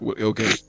okay